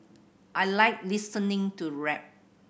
I like listening to rap